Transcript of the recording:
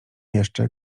jeszcze